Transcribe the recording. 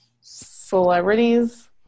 celebrities